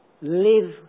live